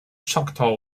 choctaw